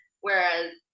whereas